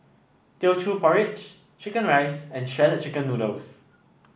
Teochew Porridge chicken rice and Shredded Chicken Noodles